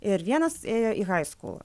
ir vienas ėjo į haiskūlą